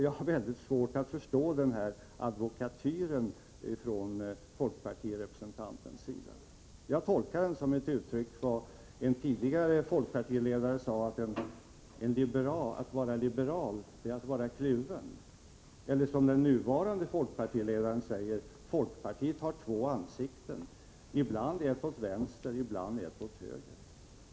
Jag har mycket svårt att förstå den här advokatyren från folkpartirepresentantens sida. Jag tolkar den som ett uttryck för vad en tidigare folkpartiledare sade: Att vara liberal är att vara kluven. Eller kanske det är ett uttryck för vad den nuvarande folkpartiledaren säger: Folkpartiet har två ansikten, ibland ett som är vänt åt vänster, ibland ett som är vänt åt höger.